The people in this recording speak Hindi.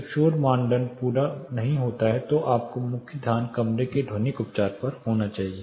जब शोर मानदंड पूरा नहीं होता है तो आपका मुख्य ध्यान कमरे के ध्वनिक उपचार पर होना चाहिए